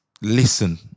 listen